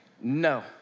no